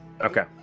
Okay